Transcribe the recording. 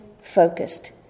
focused